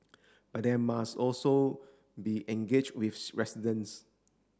but there must also be engage with residents